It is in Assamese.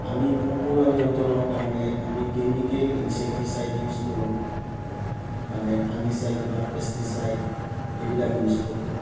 আমি পোক পৰুৱা নিয়ন্ত্ৰণৰ কাৰণে আমি কেমিকেল ইনচেক্টিচাইট ইউজ কৰোঁ মানে ফাংগিচাইট বা পেষ্টিচাইট এইবিলাক ইউজ কৰোঁ